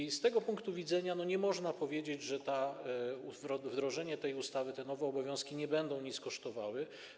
I z tego punktu widzenia nie można powiedzieć, że wdrożenie tej ustawy, że te nowe obowiązki nie będą nic kosztowały.